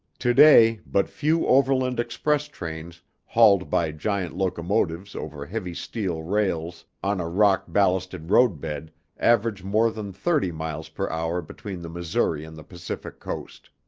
today, but few overland express trains, hauled by giant locomotives over heavy steel rails on a rock-ballasted roadbed average more than thirty miles per hour between the missouri and the pacific coast.